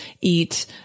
eat